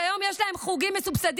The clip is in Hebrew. שהיום יש להם חוגים מסובסדים,